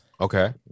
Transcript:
Okay